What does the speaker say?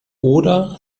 oder